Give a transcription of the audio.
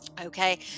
Okay